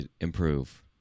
improve